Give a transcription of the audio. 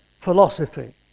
philosophy